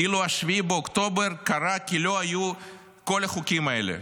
כאילו 7 באוקטובר קרה כי לא היו כל החוקים האלה,